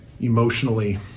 emotionally